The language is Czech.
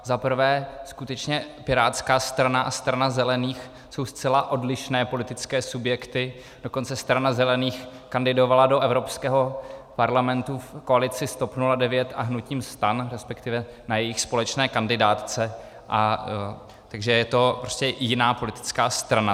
Za prvé skutečně pirátská strana a Strana zelených jsou zcela odlišné politické subjekty, dokonce Strana zelených kandidovala do Evropského parlamentu v koalici s TOP 00 a hnutím STAN, resp. na jejich společné kandidátce, takže je to jiná politická strana.